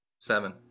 Seven